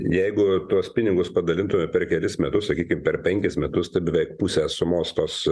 jeigu tuos pinigus padalintume per kelis metus sakykim per penkis metus beveik pusę sumos tos